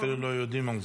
אפילו לא יודעים על זה.